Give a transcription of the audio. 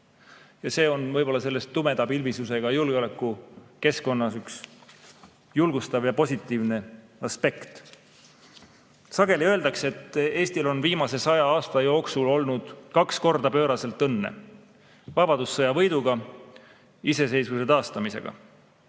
Ja see on võib-olla selles tumeda pilvisusega julgeolekukeskkonnas üks julgustav ja positiivne aspekt. Sageli öeldakse, et Eestil on viimase 100 aasta jooksul olnud kaks korda pööraselt õnne: vabadussõja võiduga ja iseseisvuse taastamisega.